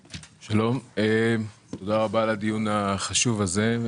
שלום, תודה רבה על הדיון החשוב הזה.